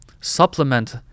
supplement